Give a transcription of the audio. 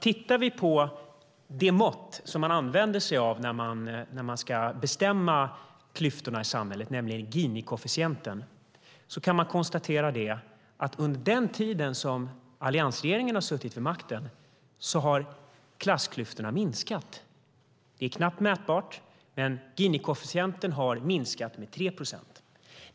Tittar vi på det mått som man använder sig av när man ska bestämma klyftorna i samhället, nämligen Gini-koefficienten, kan man konstatera att under den tid som alliansregeringen har suttit vid makten har klassklyftorna minskat. Det är knappt mätbart, men Gini-koefficienten har minskat med 3 procent.